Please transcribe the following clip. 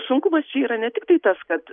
sunkumas čia yra ne tiktai tas kad